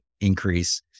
increase